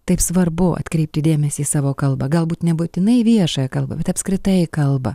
taip svarbu atkreipti dėmesį į savo kalbą galbūt nebūtinai į viešąją kalbą bet apskritai į kalbą